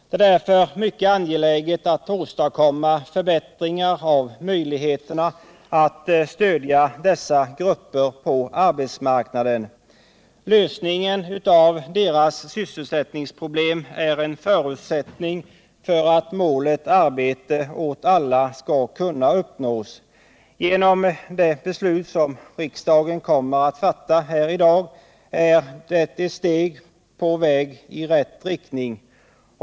Det är därför mycket angeläget att åstadkomma förbättringar av möjligheterna att stödja dessa grupper på arbetsmarknaden. Lösningen av deras sysselsättningsproblem är en förutsättning för att målet arbete åt alla skall kunna uppnås. Det beslut riksdagen kommer att fatta här i dag är ett steg i rätt riktning.